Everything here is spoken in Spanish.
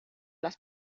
las